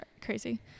crazy